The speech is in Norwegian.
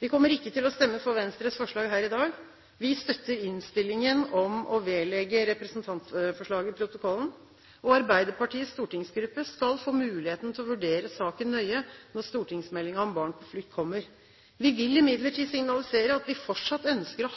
Vi kommer ikke til å stemme for Venstres forslag her i dag. Vi støtter innstillingen om at representantforslaget vedlegges protokollen. Arbeiderpartiets stortingsgruppe skal få muligheten til å vurdere saken nøye når stortingsmeldingen om barn på flukt kommer. Vi vil imidlertid signalisere at vi fortsatt ønsker å